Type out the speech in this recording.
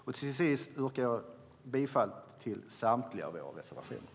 Avslutningsvis yrkar jag bifall till samtliga våra reservationer.